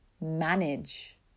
manage